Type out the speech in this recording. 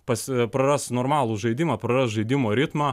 pas praras normalų žaidimą praras žaidimo ritmą